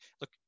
Look